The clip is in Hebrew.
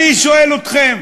אני שואל אתכם: